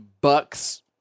bucks